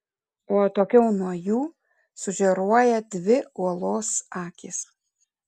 o atokiau nuo jų sužėruoja dvi uolos akys